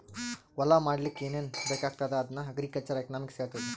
ಹೊಲಾ ಮಾಡ್ಲಾಕ್ ಏನೇನ್ ಬೇಕಾಗ್ತದ ಅದನ್ನ ಅಗ್ರಿಕಲ್ಚರಲ್ ಎಕನಾಮಿಕ್ಸ್ ಹೆಳ್ತುದ್